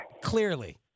clearly